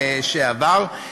שעבר,